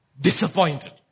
disappointed